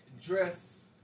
dress